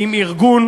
עם ארגון